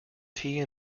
tea